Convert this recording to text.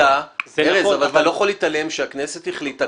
אבל אתה לא יכול להתעלם שהכנסת החליטה,